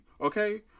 okay